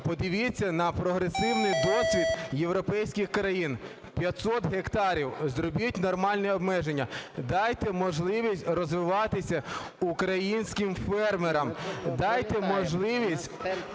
Подивіться на прогресивний досвід європейських країн. 500 гектарів, зробіть нормальне обмеження. Дайте можливість розвиватися українським фермерам. Дайте можливість